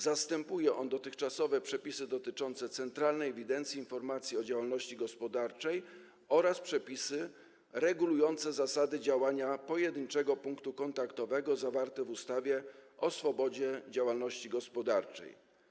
Zastępuje on dotychczasowe przepisy dotyczące Centralnej Ewidencji i Informacji o Działalności Gospodarczej oraz przepisy regulujące zasady działania pojedynczego punktu kontaktowego zawarte w ustawie o swobodzie działalności gospodarczej.